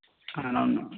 అవును